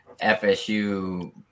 FSU